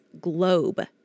globe